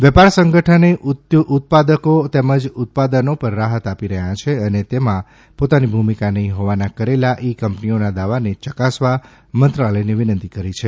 વેપાર સંગઠને ઉત્પાદકો તેમના ઉત્પાદનો પર રાહતો આપી રહ્યા છે અને તેમાં પોતાની ભૂમિકા નહીં હોવાના કરેલા ઈ કંપનીઓના દાવાને ચકાસવા મંત્રાલયને વિનંતી કરી છે